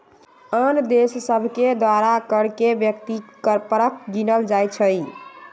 आन देश सभके द्वारा कर के व्यक्ति परक गिनल जाइ छइ